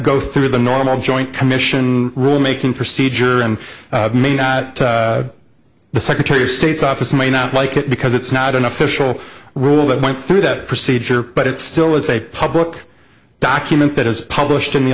go through the normal joint commission rule making procedure and the secretary of state's office may not like it because it's not an official rule that went through that procedure but it still is a public document that is published in the